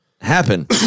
happen